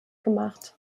gemacht